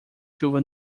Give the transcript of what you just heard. chuva